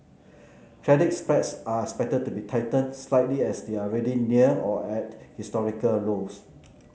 credit spreads are expected to be tightened slightly as they are already near or at historical lows